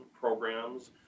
programs